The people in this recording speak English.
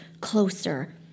Closer